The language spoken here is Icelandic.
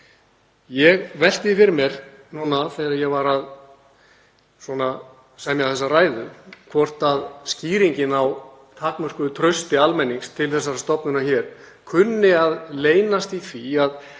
Ég velti því fyrir mér þegar ég var að semja þessa ræðu, hvort skýringin á takmörkuðu trausti almennings til þessarar stofnunar hér kunni að leynast í því að